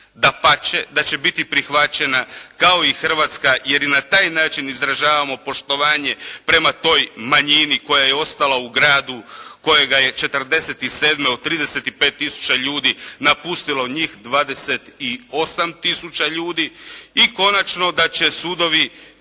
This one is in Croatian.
dapače da će biti prihvaćena kao i Hrvatska, jer i na taj način izražavamo poštovanje prema toj manjini koja je ostala u gradu kojega je 47. od 35 tisuća ljudi napustilo njih 28 tisuća ljudi i konačno da će sudovi